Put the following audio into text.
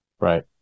right